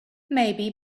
maybe